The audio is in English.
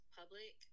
public